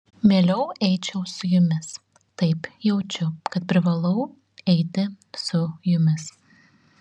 mieliau eičiau su jumis taip jaučiu kad privalau eiti su jumis